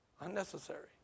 unnecessary